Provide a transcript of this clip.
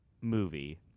movie